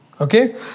Okay